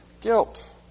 guilt